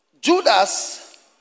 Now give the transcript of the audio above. Judas